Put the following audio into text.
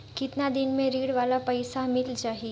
कतना दिन मे ऋण वाला पइसा मिल जाहि?